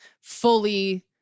fully